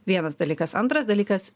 vienas dalykas antras dalykas